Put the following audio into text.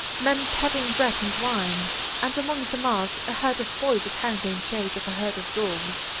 men peddling bread and wine and among the mass a herd of boys apparently in chase of a herd of dogs.